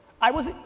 i wasn't,